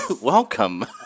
Welcome